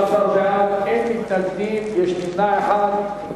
15 בעד, אין מתנגדים, יש נמנע אחד.